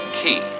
key